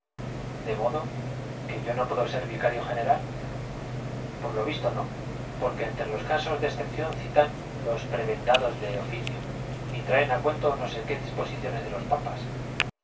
de modo que yo no puedo ser vicario general por lo visto no porque entre los casos de excepción citan los prebendados de oficio y traen a cuento no sé qué disposiciones de los papas